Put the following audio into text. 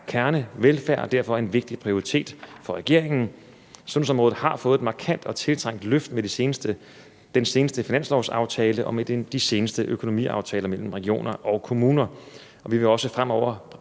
kernevelfærd og derfor en vigtig prioritet for regeringen. Sundhedsområdet har fået et markant og tiltrængt løft med den seneste finanslovsaftale og med de seneste økonomiaftaler mellem regioner og kommuner, og vi vil også fremadrettet